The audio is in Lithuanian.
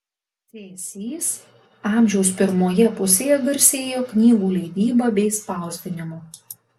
cėsys amžiaus pirmoje pusėje garsėjo knygų leidyba bei spausdinimu